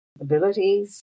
abilities